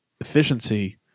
efficiency